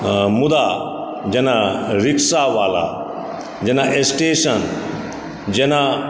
मुदा जेना रिक्शावाला जेना स्टेशन जेना